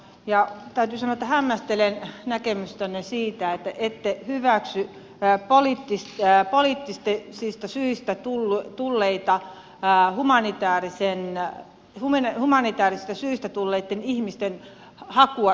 täytyy sanoa että hämmästelen näkemystänne siitä että ette hyväksy pää oli pistää poliittisten sista syistä tulla tulleita ja humanitääriseen ja rumine humanitäärisistä syistä tulleitten ihmisten hakua suomeen